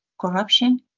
corruption